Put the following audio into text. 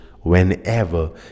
whenever